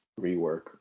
rework